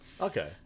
Okay